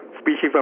species